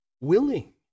willing